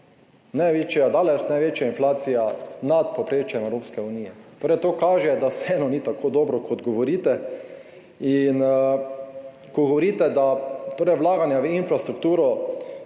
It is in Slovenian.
največja inflacija nad povprečjem Evropske unije. Torej to kaže, da vseeno ni tako dobro kot govorite. in ko govorite, da se vlaganja v infrastrukturo